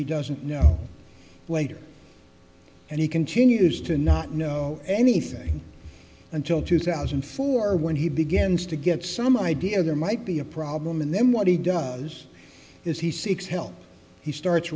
he doesn't know waiter and he continues to not know anything until two thousand and four when he begins to get some idea there might be a problem and then what he does is he seeks help he starts